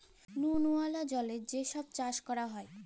লুল ওয়ালা জলে যে ছব চাষ ক্যরা হ্যয়